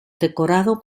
decorado